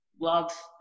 love